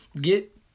get